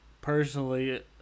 personally